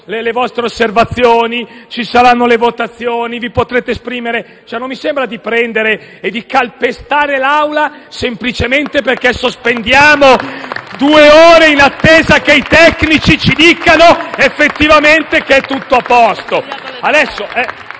le vostre osservazioni; ci saranno votazioni e vi potrete esprimere. Non mi sembra di calpestare l'Assemblea semplicemente perché sospendiamo per due ore in attesa che i tecnici ci dicano effettivamente che è tutto a posto.